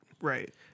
Right